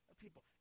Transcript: people